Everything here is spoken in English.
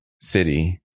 city